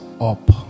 up